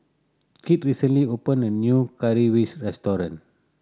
Kit recently opened a new Currywurst restaurant